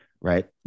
right